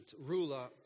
ruler